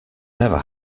never